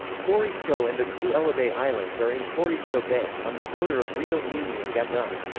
corisco and the two elobey islands are in corisco bay, on the border of rio muni and gabon.